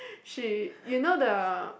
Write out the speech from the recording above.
she you know the